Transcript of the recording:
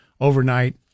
overnight